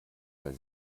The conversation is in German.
weil